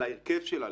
על ההרכב שלה,